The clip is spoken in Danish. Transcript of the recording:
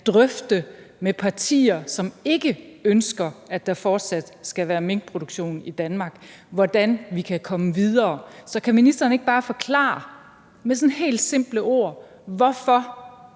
drøfte med partier, som ikke ønsker, at der fortsat skal være minkproduktion i Danmark, hvordan vi kan komme videre. Så kan ministeren ikke bare forklare med sådan helt simple ord, hvorfor